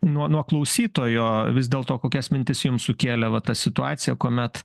nuo nuo klausytojo vis dėl to kokias mintis jums sukėlė va ta situacija kuomet